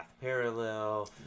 parallel